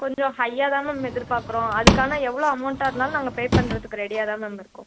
கொஞ்சம் ஹையா தான் மேம் எதிர்பார்க்குறோம் அதுக்கான எவ்வளோ அமௌண்ட்டாக இருந்தாலும் நாங்கள் பே பண்ணுறதுக்கு ரெடியாக தான் மேம் இருக்கோம்